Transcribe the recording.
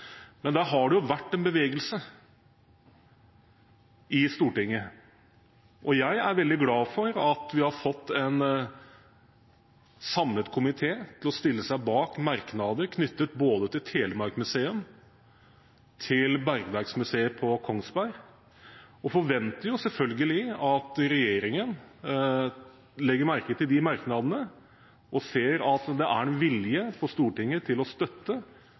Men der har det vært en bevegelse i Stortinget, og jeg er veldig glad for at vi har fått en samlet komité til å stille seg bak merknader knyttet både til Telemark Museum og til Norsk Bergverksmuseum på Kongsberg. Jeg forventer selvfølgelig at regjeringen legger merke til de merknadene og ser at det er en vilje på Stortinget til å støtte